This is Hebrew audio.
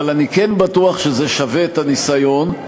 אבל אני כן בטוח שזה שווה את הניסיון.